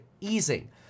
easing